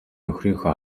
нөхрийнхөө